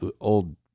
old